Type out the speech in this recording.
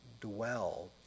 dwell